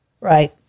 right